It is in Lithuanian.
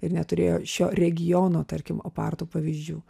ir neturėjo šio regiono tarkim oparto pavyzdžių